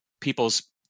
people's